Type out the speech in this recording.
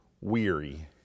Weary